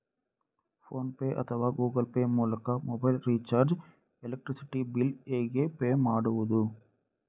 Phone pay ಅಥವಾ Google Pay ಮೂಲಕ mobile recharge, electricity bill ಹೇಗೆ ಪೇ ಮಾಡುವುದು?